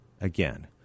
again